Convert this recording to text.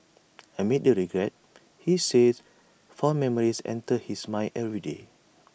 amid the regret he says fond memories enter his mind every day